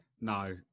No